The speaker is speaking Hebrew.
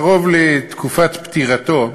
קרוב לתקופת פטירתו,